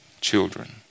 children